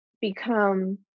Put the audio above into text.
become